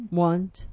want